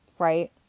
right